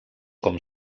com